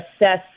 assess